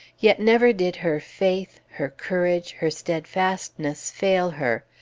yet never did her faith, her courage, her steadfastness fail her,